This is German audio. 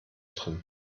drin